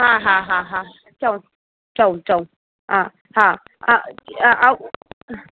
हा हा हा चओ चओ चओ हा हा हा ऐं